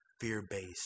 fear-based